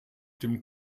dem